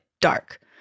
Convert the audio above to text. dark